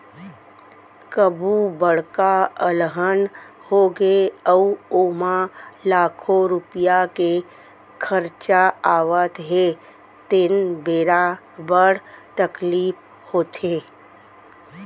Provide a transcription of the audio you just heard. कभू बड़का अलहन होगे अउ ओमा लाखों रूपिया के खरचा आवत हे तेन बेरा बड़ तकलीफ होथे